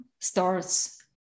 starts